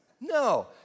No